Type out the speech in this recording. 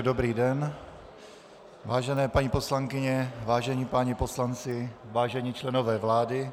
Dobrý den, vážené paní poslankyně, vážení páni poslanci, vážení členové vlády.